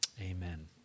amen